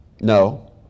No